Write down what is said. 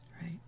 Right